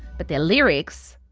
but their lyrics.